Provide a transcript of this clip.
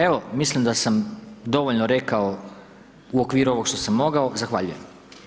Evo mislim da sam dovoljno rekao u okviru ovog što sam mogao, zahvaljujem.